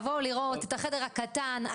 הוא נכתב רק בשבילנו, וזה מוכח.